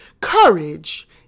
Courage